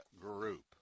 Group